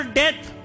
death